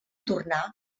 tornar